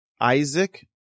Isaac